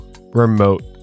remote